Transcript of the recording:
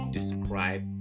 describe